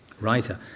writer